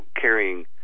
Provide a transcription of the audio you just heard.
carrying